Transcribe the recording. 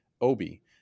Obi